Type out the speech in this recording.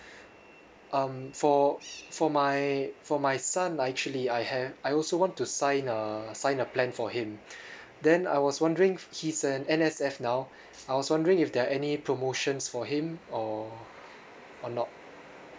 um for for my for my son I actually I have I also want to sign a sign a plan for him then I was wondering he's an N_S_F now I was wondering if there any promotions for him or or not